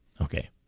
Okay